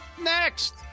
Next